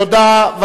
תודה.